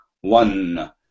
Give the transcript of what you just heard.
one